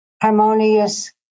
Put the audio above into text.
harmonious